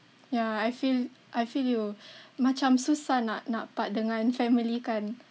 ya I feel I feel you macam susah nak nak part dengan family kan